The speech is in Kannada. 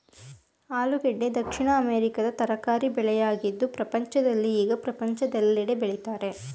ಆಲೂಗೆಡ್ಡೆ ದಕ್ಷಿಣ ಅಮೆರಿಕದ ತರಕಾರಿ ಬೆಳೆಯಾಗಿದ್ದು ಪ್ರಪಂಚದಲ್ಲಿ ಈಗ ಪ್ರಪಂಚದೆಲ್ಲೆಡೆ ಬೆಳಿತರೆ